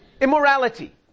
Immorality